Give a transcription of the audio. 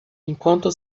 enquanto